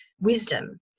wisdom